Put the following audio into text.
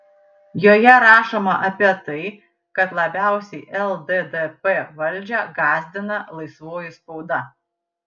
joje rašoma apie tai kad labiausiai lddp valdžią gąsdina laisvoji spauda